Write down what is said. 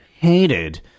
hated